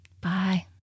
Bye